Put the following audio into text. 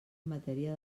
matèria